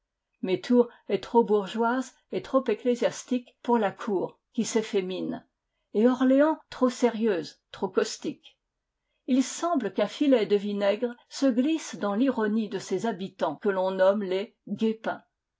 mais tours est trop bourgeoise et trop ecclésiastique pour la cour qui s'effémine et orléans trop sérieuse trop caustique il semble qu'un filet de vinaigre se glisse dans l'ironie de ses habitants que l'on nomme les guépins